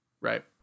Right